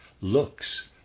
looks